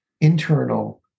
internal